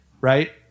right